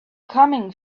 coming